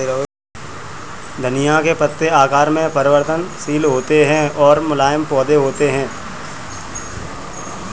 धनिया के पत्ते आकार में परिवर्तनशील होते हैं और मुलायम पौधे होते हैं